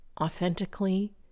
authentically